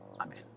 amen